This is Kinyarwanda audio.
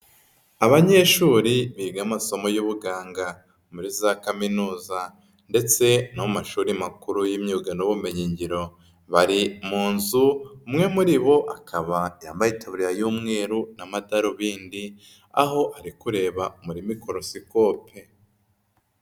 Abanyeshuri biga amasomo y'ubuganga muri za Kaminuza. Ndetse no mu mashuri makuru y'imyuga n'ubumenyi ngiro. Bari mu nzu umwe muri bo akaba yambaye itaburiya y'umweru n'amadarubindi, aho ari kureba muri mikorosikope.